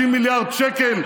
50 מיליארד שקל,